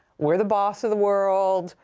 we're the boss of the world.